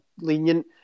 lenient